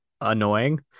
annoying